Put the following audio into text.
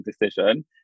decision